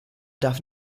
darf